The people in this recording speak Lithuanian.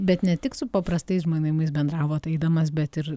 bet ne tik su paprastais žmonėmis bendravot eidamas bet ir